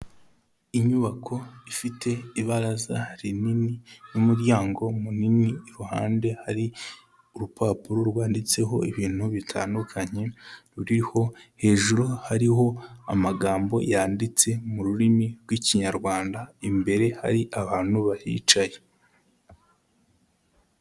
Inyubako ifite ibaraza rinini n'umuryango munini, iruhande hari urupapuro rwanditseho ibintu bitandukanye, ruriho hejuru hariho amagambo yanditse mu rurimi rw'Ikinyarwanda, imbere hari abantu bahicaye,